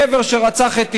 גבר שרצח את אשתו,